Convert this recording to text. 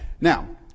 Now